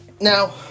Now